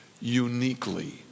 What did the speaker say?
uniquely